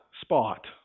spot